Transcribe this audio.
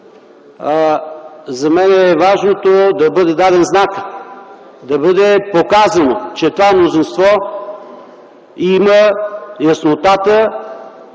За мен е важното да бъде даден знакът, да бъде показано, че това мнозинство има яснотата